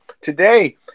Today